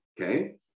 okay